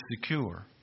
secure